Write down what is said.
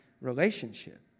relationship